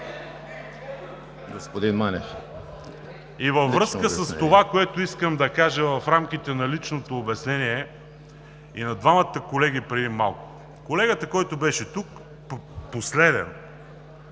МАНОИЛ МАНЕВ: И във връзка с това, което искам да кажа, в рамките на личното обяснение и на двамата колеги преди малко. Колегата, който беше тук последен,